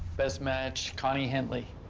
best match connie henly.